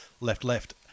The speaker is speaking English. left-left